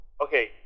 okay